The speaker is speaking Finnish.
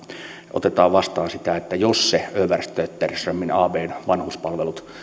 otetaan vastaan jos ne övertötterström abn vanhuspalvelut